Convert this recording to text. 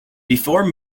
before